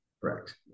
correct